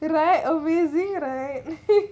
right amazing right